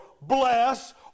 bless